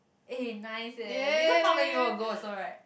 eh nice eh because not many people will go also right